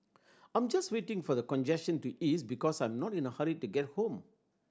I'm just waiting for the congestion to ease because I'm not in a hurry to get home